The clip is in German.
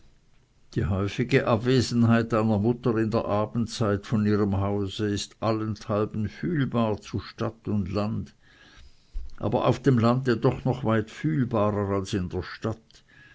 die häufige abwesenheit einer mutter in der abendzeit von ihrem hause ist allenthalben fühlbar zu stadt und land aber auf dem lande doch noch weit fühlbarer als in der stadt